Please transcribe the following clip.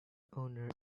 owner